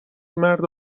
مرد